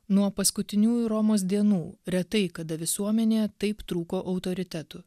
nuo paskutiniųjų romos dienų retai kada visuomenėje taip trūko autoritetų